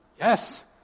Yes